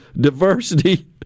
diversity